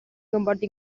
comporti